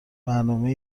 برنامه